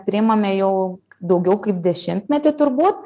priimame jau daugiau kaip dešimtmetį turbūt